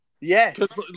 Yes